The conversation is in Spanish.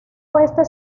oeste